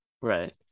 Right